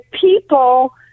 people